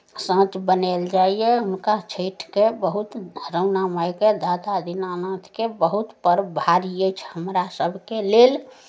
साँच बनायल जाइए हुनका छठिके बहुत राणा माइके दाता दीनानाथके बहुत पर्व भारी अछि हमरा सभके लेल